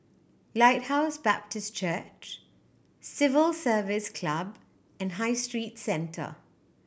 Lighthouse Baptist Church Civil Service Club and High Street Centre